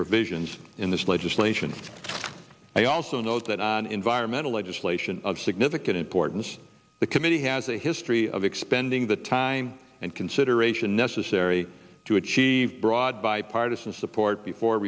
provisions in this legislation i also note that on environmental legislation of significant importance the committee has a history of expending the time and consideration necessary to achieve broad bipartisan support before